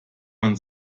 man